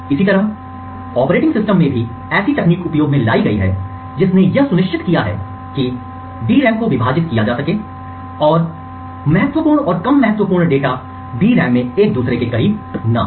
इसी तरह operating system में ऐसी तकनीक उपयोग में लाई गई जिसने यह सुनिश्चित किया कि DRAM को विभाजित किया जा सके और महत्वपूर्ण और कम महत्वपूर्ण डाटा DRAM में एक दूसरे के करीब ना हो